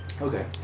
Okay